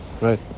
right